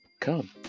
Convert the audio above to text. come